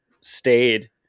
stayed